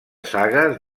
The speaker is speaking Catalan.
sagues